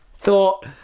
thought